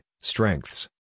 strengths